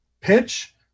pitch